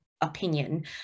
opinion